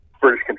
British